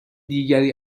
دیگری